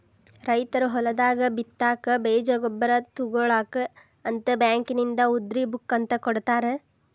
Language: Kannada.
ರೈತರು ಹೊಲದಾಗ ಬಿತ್ತಾಕ ಬೇಜ ಗೊಬ್ಬರ ತುಗೋಳಾಕ ಅಂತ ಬ್ಯಾಂಕಿನಿಂದ ಉದ್ರಿ ಬುಕ್ ಅಂತ ಕೊಡತಾರ